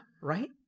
Right